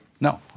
No